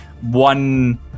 one